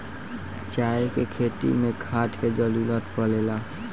चाय के खेती मे खाद के जरूरत पड़ेला